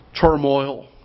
turmoil